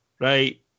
right